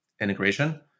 integration